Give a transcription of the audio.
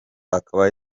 akaba